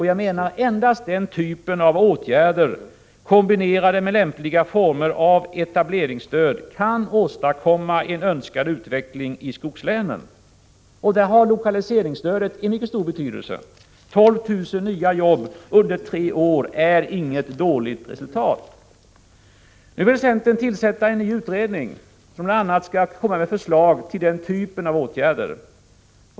Jag menar att endast den typen av åtgärder kombinerade med lämpliga former av etableringsstöd kan åstadkomma en önskad utveckling i skogslänen. I detta avseende har lokaliseringsstödet mycket stor betydelse. 12 000 nya jobb under tre år är inget dåligt resultat. Nu vill centern tillsätta en ny utredning som bl.a. skall komma med förslag till denna typ av åtgärder.